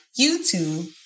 YouTube